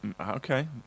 Okay